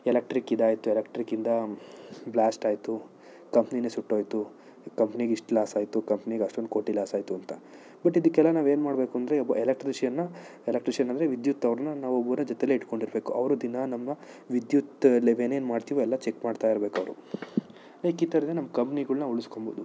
electric ಇದಾಯ್ತು ಎಲೆಕ್ಟ್ರಿಕಿಂದ blast ಆಯ್ತು ಕಂಪ್ನೀಯೇ ಸುಟ್ಟೋಯ್ತು ಕಂಪ್ನಿಗಿಷ್ಟು ಲಾಸಾಯ್ತು ಕಂಪ್ನಿಗೆ ಅಷ್ಟೊಂದು ಕೋಟಿ ಲಾಸಾಯ್ತು ಅಂತ ಬಟ್ ಇದಕ್ಕೆಲ್ಲ ನಾವು ಏನು ಮಾಡ್ಬೇಕೆಂದ್ರೆ ಒಬ್ಬ ಎಲೆಕ್ಟ್ರಿಷಿಯನ್ ಎಲೆಕ್ಟ್ರಿಷಿಯನ್ ಅಂದರೆ ವಿದ್ಯುತ್ ಅವರನ್ನ ನಾವು ಅವರ ಜೊತೆಯಲ್ಲೇ ಇಟ್ಕೊಂಡಿರಬೇಕು ಅವರು ದಿನ ನಮ್ಮ ವಿದ್ಯುತ್ತಲ್ಲೇನೇನು ಮಾಡ್ತೀವೋ ಎಲ್ಲ ಚೆಕ್ ಮಾಡ್ತಾ ಇರಬೇಕು ಅವರು ಲೈಕ್ ಈ ಥರವೇ ನಮ್ಮ ಕಂಪ್ನಿಗಳನ್ನ ಉಳಿಸ್ಕೊಳ್ಬೋದು